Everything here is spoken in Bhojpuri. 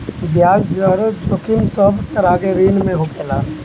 बियाज दर जोखिम सब तरह के ऋण में होखेला